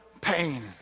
pain